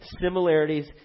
similarities